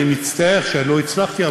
אני מצטער שלא הצלחתי,